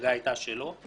שהמפלגה הייתה שלו,